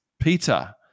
Peter